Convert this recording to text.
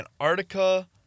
Antarctica